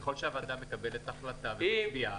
ככל שהוועדה מקבלת החלטה ומצביעה,